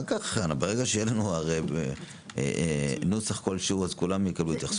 ברגע שיהיה נוסח כלשהו אז כולם יקבלו התייחסות.